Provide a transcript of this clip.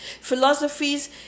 philosophies